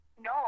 No